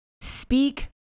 Speak